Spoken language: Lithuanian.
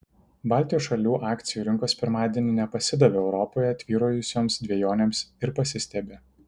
baltijos šalių akcijų rinkos pirmadienį nepasidavė europoje tvyrojusioms dvejonėms ir pasistiebė